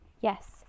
Yes